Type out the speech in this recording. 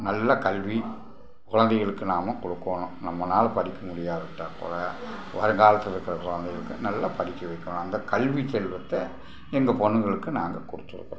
நல்ல கல்வி கொழந்தைங்களுக்கு நாம் குடுக்கணும் நம்மளால படிக்க முடியாவிட்டால் கூட வருங்காலத்தில் இருக்கிற கொழந்தைங்களுக்கு நல்லா படிக்க வைக்கணும் அந்த கல்வி செல்வத்தை எங்கள் பொண்ணுங்களுக்கு நாங்கள் கொடுத்துருக்குறோம்